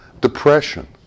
depression